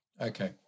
Okay